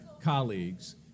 colleagues